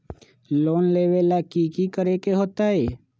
Loan लेबे ला की कि करे के होतई?